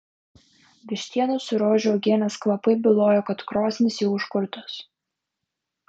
vištienos ir rožių uogienės kvapai bylojo kad krosnys jau užkurtos